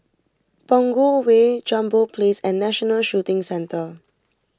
Punggol Way Jambol Place and National Shooting Centre